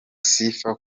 sifa